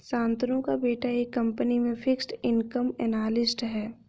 शांतनु का बेटा एक कंपनी में फिक्स्ड इनकम एनालिस्ट है